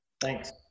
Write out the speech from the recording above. Thanks